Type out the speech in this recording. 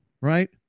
right